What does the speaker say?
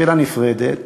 שאלה נפרדת.